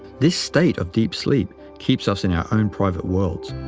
this state of deep sleep keeps us in our own private worlds,